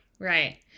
Right